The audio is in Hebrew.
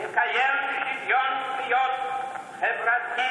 תקיים שוויון זכויות חברתי